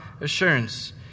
assurance